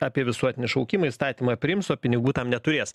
apie visuotinį šaukimą įstatymą priims o pinigų tam neturės